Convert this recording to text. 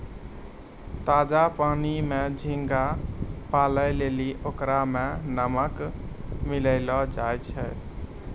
ताजा पानी में झींगा पालै लेली ओकरा में नमक मिलैलोॅ जाय छै